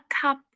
cup